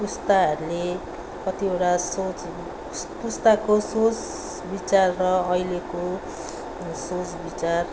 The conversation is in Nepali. पुस्ताहरूले कतिवटा सोच पुस्ताको सोच विचार र अहिलेको सोच विचार